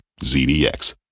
ZDX